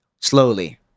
slowly